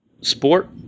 Sport